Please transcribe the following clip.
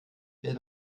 wenn